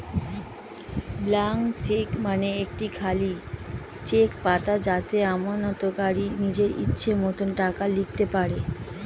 blank cheque মানে একটি খালি চেক পাতা যাতে আমানতকারী নিজের ইচ্ছে মতো টাকা লিখতে পারে